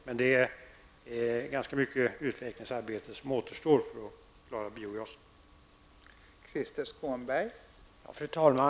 Men det är ganska mycket utvecklingsarbete som återstår för att klara en utbyggnad av biogasen.